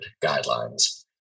guidelines